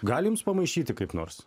gali jums pamaišyti kaip nors